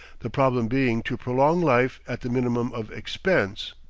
the problem being to prolong life at the minimum of expense.